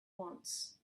wants